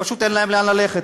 פשוט אין להם לאן ללכת,